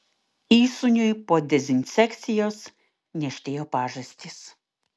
įsūniui po dezinsekcijos niežtėjo pažastys